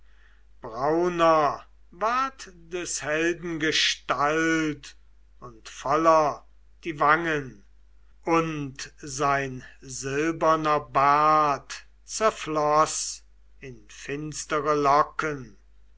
brauner ward des helden gestalt und voller die wangen und sein silberner bart zerfloß in finstere locken